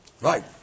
Right